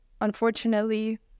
unfortunately